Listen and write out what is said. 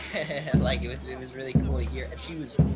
like it was, it it was really cool to hear. and she was,